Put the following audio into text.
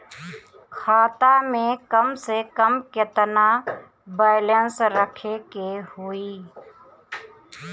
खाता में कम से कम केतना बैलेंस रखे के होईं?